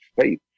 faith